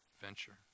venture